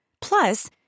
Plus